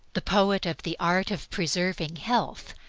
the poet of the art of preserving health,